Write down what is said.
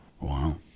Wow